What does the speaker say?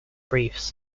briefs